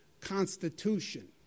Constitution